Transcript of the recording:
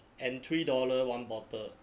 and three dollar one bottle